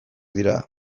dira